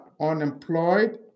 unemployed